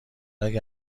اگه